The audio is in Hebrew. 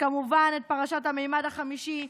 וכמובן את פרשת המימד החמישי,